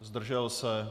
Zdržel se?